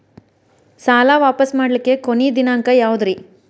ಸಾಲಾ ವಾಪಸ್ ಮಾಡ್ಲಿಕ್ಕೆ ಕೊನಿ ದಿನಾಂಕ ಯಾವುದ್ರಿ?